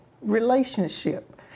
relationship